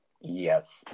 yes